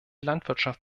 landwirtschaft